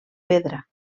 pedra